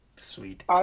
Sweet